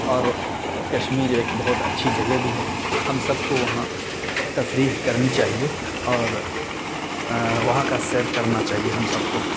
اور کشمیر ایک بہت اچھی جگہ بھی ہے ہم سب کو وہاں تفریح کرنی چاہیے اور وہاں کا سیر کرنا چاہیے ہم سب کو